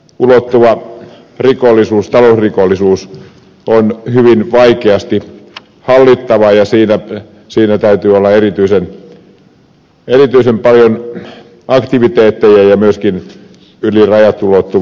yli rajojen ulottuva talousrikollisuus on hyvin vaikeasti hallittava ja siinä täytyy olla erityisen paljon aktiviteetteja ja myöskin yli rajojen ulottuvaa viranomaisyhteistyötä